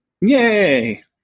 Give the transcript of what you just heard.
Yay